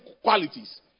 qualities